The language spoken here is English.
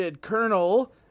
colonel